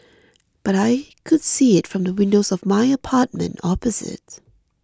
but I could see it from the windows of my apartment opposite